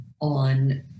on